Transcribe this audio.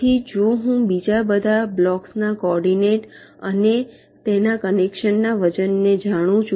તેથી જો હું બીજા બધા બ્લોક્સના કોઓર્ડિનેટ્સ અને તેના કનેક્શન ના વજનને જાણું છું